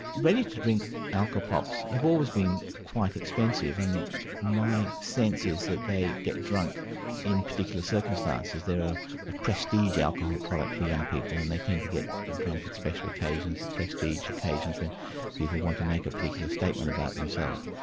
ready-to-drink alcopops have always been quite expensive, and my sense is that they get drunk in particular circumstances. they're a prestige alcohol product for young people and they tend to get drunk at special occasions, prestige occasions when people want to make a particular statement about themselves.